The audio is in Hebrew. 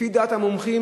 לפי דעת המומחים,